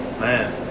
Man